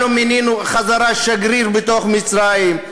אנחנו מינינו בחזרה שגריר במצרים.